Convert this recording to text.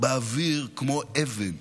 באוויר כמו אבן.